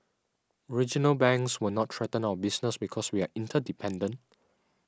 regional banks will not threaten our business because we are interdependent